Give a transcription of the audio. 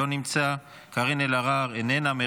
אינו נוכח, קארין אלהרר, אינה נוכחת.